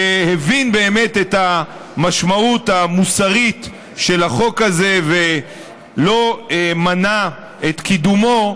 שבאמת הבין את המשמעות המוסרית של החוק הזה ולא מנע את קידומו,